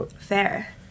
Fair